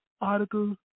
article